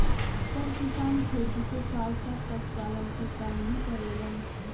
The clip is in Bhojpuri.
सब किसान खेती के साथ साथ पशुपालन के काम भी करेलन